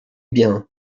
bien